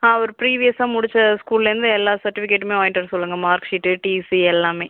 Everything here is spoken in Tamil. ஆ ஒரு பிரீவியஸ்ஸாக முடித்த ஸ்கூல்லேருந்து எல்லா சர்ட்டிபிகேட்டுமே வாங்கிட்டு வர சொல்லுங்கள் மார்க் ஷீட்டு டிசி எல்லாமே